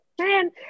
Man